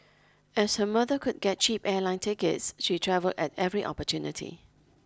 as her mother could get cheap airline tickets she travel at every opportunity